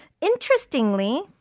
Interestingly